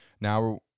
Now